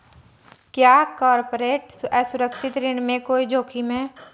क्या कॉर्पोरेट असुरक्षित ऋण में कोई जोखिम है?